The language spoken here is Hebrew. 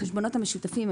במשותפים,